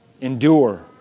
endure